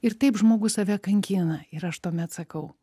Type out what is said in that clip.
ir taip žmogus save kankina ir aš tuomet sakau